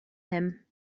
him